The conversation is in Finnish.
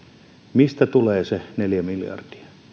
mistä tulee se neljä miljardia